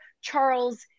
Charles